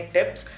Tips